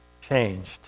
changed